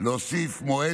להוסיף מועד נוסף,